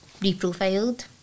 reprofiled